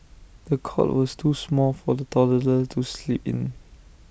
the cot was too small for the toddler to sleep in